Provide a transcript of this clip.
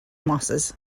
mosses